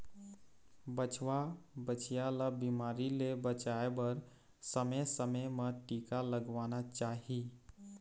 बछवा, बछिया ल बिमारी ले बचाए बर समे समे म टीका लगवाना चाही